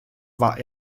war